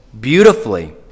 beautifully